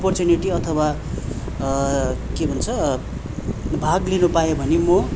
opportunity अथवा के भन्छ भाग लिनु पाएँ भने म